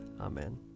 Amen